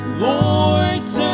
Lord